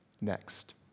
next